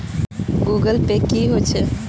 Google Pay की होचे?